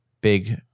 big